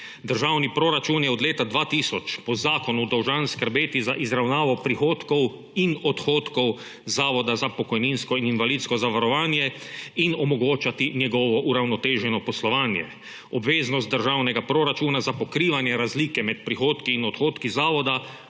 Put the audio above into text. Državni proračun je od leta 2000 po zakonu dolžan skrbeti za izravnavo prihodkov in odhodkov Zavoda za pokojninsko in invalidsko zavarovanje in omogočati njegovo uravnoteženo poslovanje. Obveznost državnega proračuna za pokrivanje razlike med prihodki in odhodki zavoda